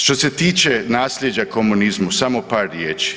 Što se tiče nasljeđa komunizmu samo par riječi.